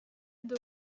eva